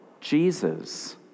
Jesus